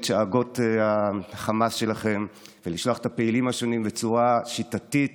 שאגות החמס שלכם ולשלוח את הפעילים השונים בצורה שיטתית